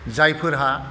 जायफोरहा